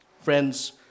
Friends